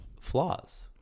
flaws